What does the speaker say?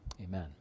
Amen